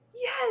yes